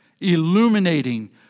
illuminating